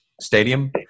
stadium